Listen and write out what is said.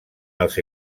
els